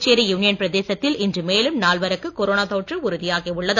Puducherry union பிரதேசத்தில் இன்று மேலும் நால்வருக்கு கொரோனா தொற்று உறுதியாகியுள்ளது